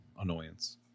annoyance